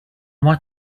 what